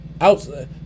Outside